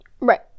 Right